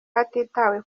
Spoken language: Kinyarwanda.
hatitawe